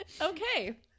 Okay